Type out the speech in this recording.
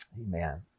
Amen